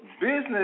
business